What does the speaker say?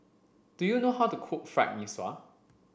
do you know how to cook Fried Mee Sua